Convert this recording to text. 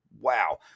wow